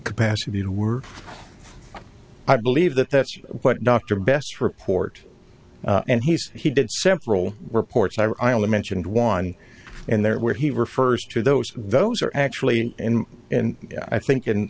capacity to work i believe that that's what dr besser report and he says he did several reports i only mentioned one in there where he refers to those those are actually and i think and